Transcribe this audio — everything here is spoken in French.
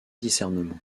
discernement